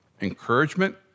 encouragement